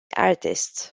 artists